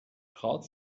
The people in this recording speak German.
traut